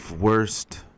worst